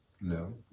No